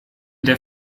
der